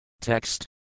Text